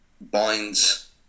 binds